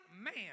man